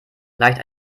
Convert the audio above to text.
gleicht